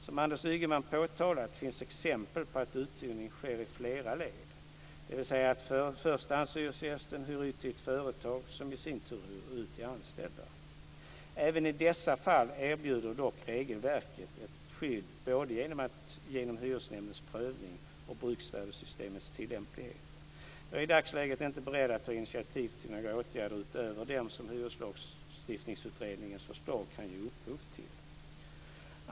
Som Anders Ygeman påtalat finns exempel på att uthyrning sker i flera led, dvs. att förstahandshyresgästen hyr ut till ett företag som i sin tur hyr ut till anställda. Även i dessa fall erbjuder dock regelverket ett skydd både genom hyresnämndens prövning och bruksvärdessystemets tillämplighet. Jag är i dagsläget inte beredd att ta initiativ till några åtgärder utöver dem som Hyreslagstiftningsutredningens förslag kan ge upphov till.